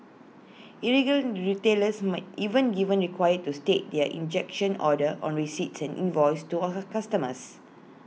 retailers might even given required to state their injunction order on receipts and invoices to customers